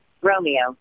Romeo